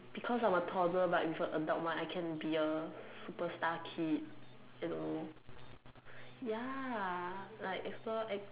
because I'm a toddler but with a adult mind I can be a superstar kid you know ya like explore ex